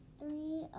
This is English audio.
three